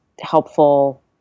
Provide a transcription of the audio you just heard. helpful